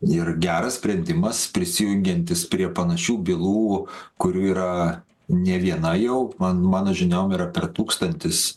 nėra geras sprendimas prisijungiantis prie panašių bylų kurių yra ne viena jau man mano žiniom yra per tūkstantis